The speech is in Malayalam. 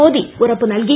മോദി ഉറപ്പ് നൽകി